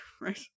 right